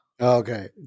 Okay